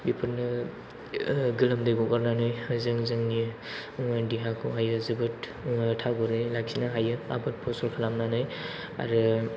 बेफोरनो गोलोमदै गगारनानै जों जोंनि देहाखौहायो जोबोद थागदै लाखिनो हायो आबाद फसल खालामनानै आरो